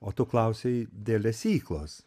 o tu klausei dėl lesyklos